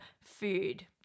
food